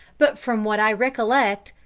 but from what i recollect,